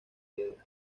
piedra